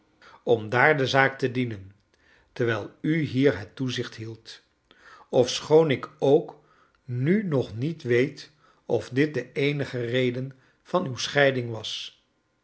om daar de zaak te dienen terwijl u hier bet toezicht hieldt ofschoon ik ook nu nog niet weet of dit de eenige reden van uw scheiding was